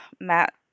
Matt